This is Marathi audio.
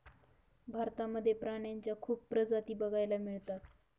भारतामध्ये प्राण्यांच्या खूप प्रजाती बघायला मिळतात